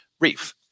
reef